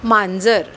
मांजर